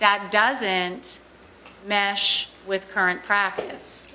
that doesn't mesh with current practice